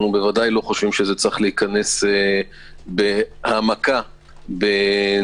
אנו ודאי לא חושבים שזה צריך להיכנס בהעמקה בנושא